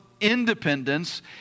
independence